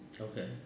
Okay